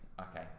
okay